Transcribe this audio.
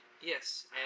Yes